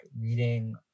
reading